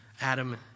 Adam